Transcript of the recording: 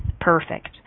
Perfect